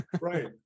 Right